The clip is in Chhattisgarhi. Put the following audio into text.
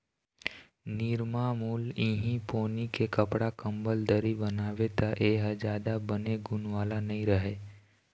निरमामुल इहीं पोनी के कपड़ा, कंबल, दरी बनाबे त ए ह जादा बने गुन वाला नइ रहय